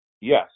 Yes